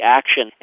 action